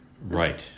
Right